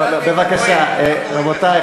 קדימה, לעניין.